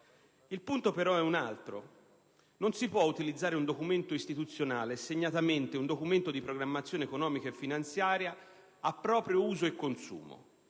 Il punto però è un altro: non si può utilizzare un documento istituzionale, e segnatamente un Documento di programmazione economico-finanziaria, a proprio uso e consumo.